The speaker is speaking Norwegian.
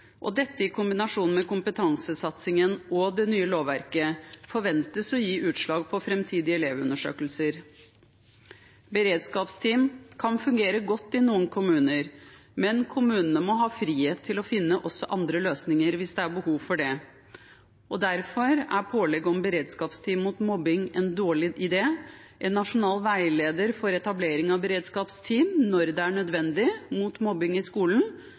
Dette, i kombinasjon med kompetansesatsingen og det nye lovverket, forventes å gi utslag på framtidige elevundersøkelser. Beredskapsteam kan fungere godt i noen kommuner, men kommunene må ha frihet til å finne også andre løsninger hvis det er behov for det. Derfor er pålegget om beredskapsteam mot mobbing en dårlig idé. En nasjonal veileder for etablering av beredskapsteam når det er nødvendig mot mobbing i skolen,